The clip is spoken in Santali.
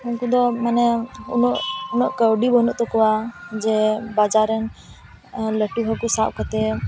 ᱩᱱᱠᱩ ᱫᱚ ᱢᱟᱱᱮ ᱩᱱᱟᱹᱜ ᱩᱱᱟᱹᱜ ᱠᱟᱹᱣᱰᱤ ᱵᱟᱹᱱᱩᱜ ᱛᱟᱠᱚᱣᱟ ᱡᱮ ᱵᱟᱡᱟᱨ ᱨᱮᱱ ᱞᱟᱹᱴᱩ ᱦᱟᱹᱠᱩ ᱥᱟᱵ ᱠᱟᱛᱮᱫ